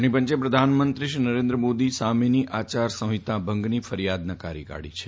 ચુંટણી પંચે પ્રધાનમંત્રી શ્રી નરેન્દ્ર મોદી સામેની આચાર સંહિતા ભંગની ફરીયાદ નકારી કાઢી છે